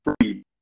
free